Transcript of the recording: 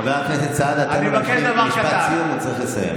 חבר הכנסת סעדה, תן לו משפט סיום, הוא צריך לסיים.